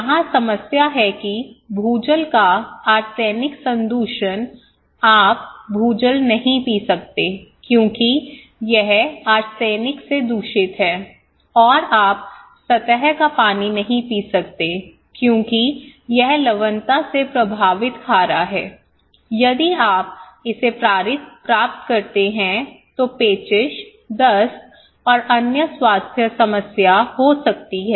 यहाँ समस्या है कि भूजल का आर्सेनिक संदूषण आप भूजल नहीं पी सकते क्योंकि यह आर्सेनिक से दूषित है और आप सतह का पानी नहीं पी सकते क्योंकि यह लवणता से प्रभावित खारा है यदि आप इसे प्राप्त करते है तो पेचिश दस्त और अन्य स्वास्थ्य समस्या हो सकती है